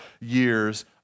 years